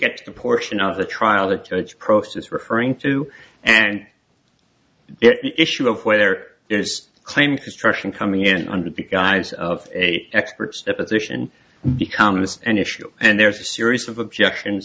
get to the portion of the trial that judge proceeds referring to an issue of whether there's a claim construction coming in under the guise of a expert's deposition becomes an issue and there's a series of objections